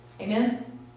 Amen